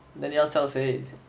then 你要叫谁